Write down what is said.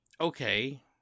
Okay